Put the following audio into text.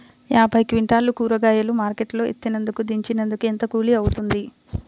యాభై క్వింటాలు కూరగాయలు మార్కెట్ లో ఎత్తినందుకు, దించినందుకు ఏంత కూలి అవుతుంది?